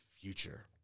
future